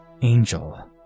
angel